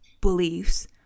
beliefs